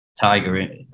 Tiger